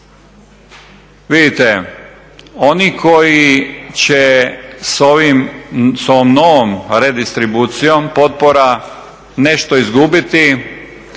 vidite oni koji će s ovim, s ovom novom redistribucijom potpora nešto izgubiti